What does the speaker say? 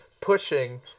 pushing